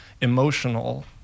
emotional